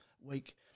Week